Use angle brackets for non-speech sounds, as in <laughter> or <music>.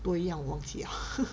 不一样我忘记了 <laughs>